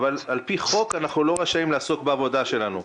אבל על פי חוק אנחנו לא רשאים לעסוק בעבודה שלנו,